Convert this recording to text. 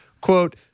quote